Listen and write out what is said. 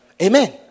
Amen